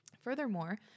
Furthermore